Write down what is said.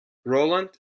roland